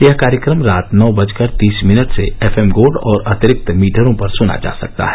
यह कार्यक्रम रात नौ बजकर तीस मिनट से एफएम गोल्ड और अतिरिक्त मीटरों पर सुना जा सकता है